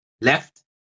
left